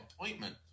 appointment